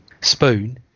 spoon